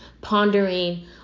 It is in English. pondering